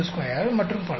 252 மற்றும் பல